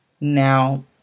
Now